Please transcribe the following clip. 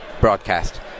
broadcast